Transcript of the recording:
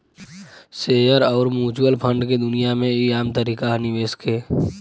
share अउर mutual fund के दुनिया मे ई आम तरीका ह निवेश के